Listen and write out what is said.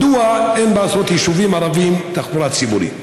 3. מדוע אין בעשרות יישובים ערביים תחבורה ציבורית?